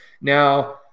Now